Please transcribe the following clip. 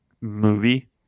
movie